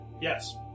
Yes